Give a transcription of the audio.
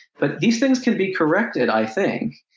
but these things can be corrected, i think.